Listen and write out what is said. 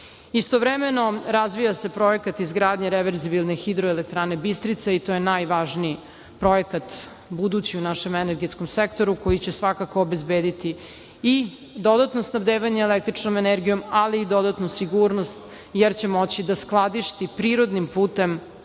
ponosni. Istovremeno, razvija se projekat izgradnje reverzibilne hidroelektrane "Bistrica" i to je budući najvažniji projekat u našem energetskom sektoru, koji će svakako obezbediti i dodatno snabdevanje električnom energijom, ali i dodatnu sigurnost, jer će moći da skladišti prirodnim putem